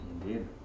Indeed